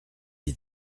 est